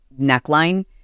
neckline